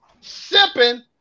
sipping